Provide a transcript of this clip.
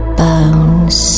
bones